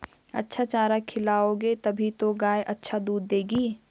अच्छा चारा खिलाओगे तभी तो गाय अच्छा दूध देगी